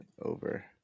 over